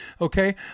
Okay